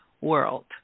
world